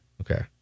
Okay